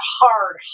hard